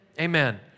Amen